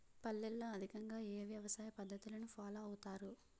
పల్లెల్లో అధికంగా ఏ వ్యవసాయ పద్ధతులను ఫాలో అవతారు?